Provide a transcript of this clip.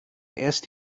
erst